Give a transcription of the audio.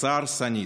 התוצאה הרסנית.